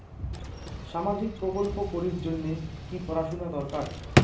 সামাজিক প্রকল্প করির জন্যে কি পড়াশুনা দরকার?